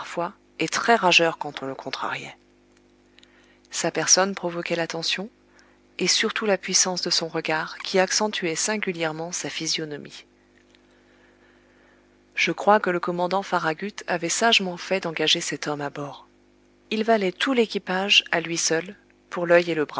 et très rageur quand on le contrariait sa personne provoquait l'attention et surtout la puissance de son regard qui accentuait singulièrement sa physionomie je crois que le commandant farragut avait sagement fait d'engager cet homme à son bord il valait tout l'équipage à lui seul pour l'oeil